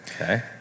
Okay